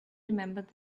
remembered